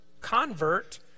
convert